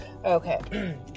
okay